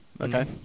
Okay